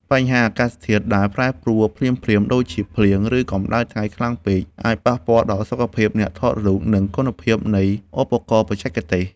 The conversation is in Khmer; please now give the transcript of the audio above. បញ្ហាអាកាសធាតុដែលប្រែប្រួលភ្លាមៗ ដូចជាភ្លៀង ឬកម្ដៅថ្ងៃខ្លាំងពេក អាចប៉ះពាល់ដល់សុខភាពអ្នកថតរូប និងគុណភាពនៃឧបករណ៍បច្ចេកទេស។